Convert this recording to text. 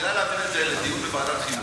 כדאי להעביר את זה לדיון בוועדת החינוך,